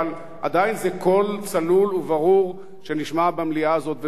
אבל עדיין זה קול צלול וברור שנשמע במליאה הזאת,